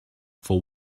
for